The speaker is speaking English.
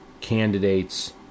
candidates